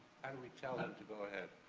and we tell him to go ahead?